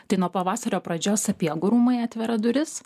tai nuo pavasario pradžios sapiegų rūmai atveria duris